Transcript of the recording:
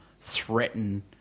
threaten